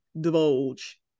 divulge